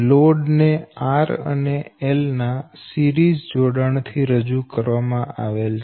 load ને R અને L ના સિરીઝ જોડાણ થી રજૂ કરવામાં આવેલ છે